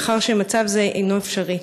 מאחר שמצב זה אינו אפשרי?